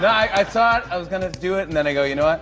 i thought i was going to do it and then i go, you know what,